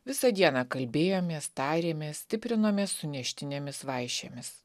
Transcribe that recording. visą dieną kalbėjomės tarėmės stiprinomės suneštinėmis vaišėmis